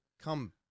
come